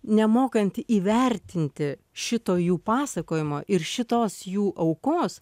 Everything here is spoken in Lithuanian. nemokant įvertinti šito jų pasakojimo ir šitos jų aukos